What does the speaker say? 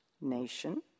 nation